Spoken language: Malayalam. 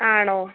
ആണോ